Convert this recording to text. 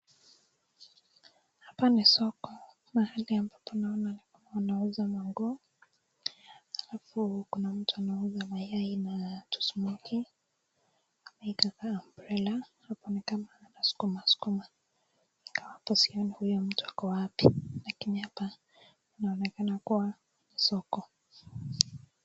Hapa ni soko mahali ambapo naona kunauzwa manguo, halafu kuna mtu anauza mayai na tusmokie ,ameweka umbrella ako ni kama anaskuma skuma, hapo sioni huyo mtu ako wapi lakini hapa inaonekana kuwa ni soko.